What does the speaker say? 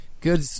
good